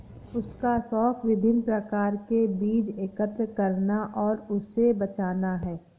उसका शौक विभिन्न प्रकार के बीज एकत्र करना और उसे बचाना है